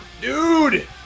Dude